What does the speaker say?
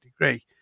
degree